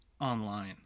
online